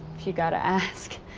if you gotta ask,